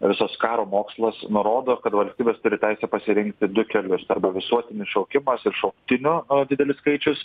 visas karo mokslas nurodo kad valstybės turi teisę pasirinkti du kelius arba visuotinis šaukimas ir šauktinių didelis skaičius